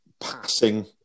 passing